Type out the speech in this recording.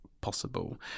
possible